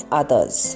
others